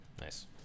Nice